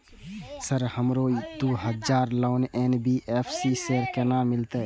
Sir हमरो दूय हजार लोन एन.बी.एफ.सी से केना मिलते?